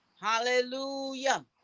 Hallelujah